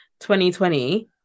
2020